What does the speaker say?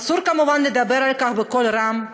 אסור כמובן לדבר על כך בקול רם,